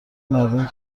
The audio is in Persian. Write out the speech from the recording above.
مردمی